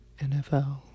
NFL